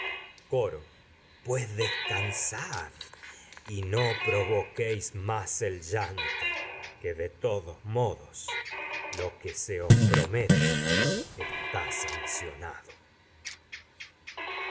coro pues descansad y no provoquéis más el llan to que de cionado todos modos lo que se os promete está